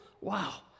wow